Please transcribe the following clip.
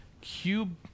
Cube